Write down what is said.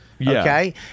Okay